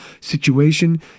situation